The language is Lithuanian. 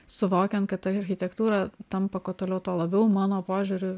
suvokiant kad ta architektūra tampa kuo toliau tuo labiau mano požiūriu